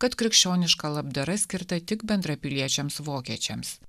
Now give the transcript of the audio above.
kad krikščioniška labdara skirta tik bendrapiliečiams vokiečiams